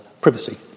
privacy